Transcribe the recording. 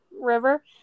river